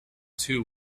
two